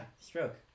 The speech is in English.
stroke